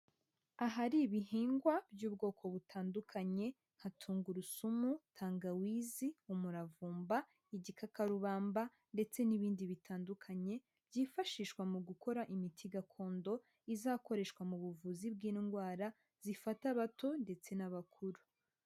Ahari ibihingwa by'ubwoko butandukanye, nka tungurusumu, tangawizi, umuravumba, igikakarubamba, ndetse n'ibindi bitandukanye, byifashishwa mu gukora imiti gakondo izakoreshwa mu buvuzi bw'indwara zifata abato ndetse n'abakuru.